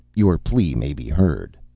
your plea may be heard.